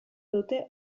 dute